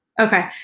Okay